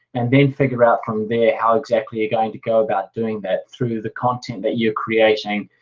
and then think about from there how exactly you're going to go about doing that through the content that you're creating,